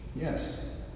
Yes